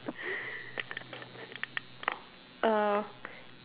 uh